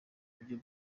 buryo